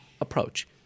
approach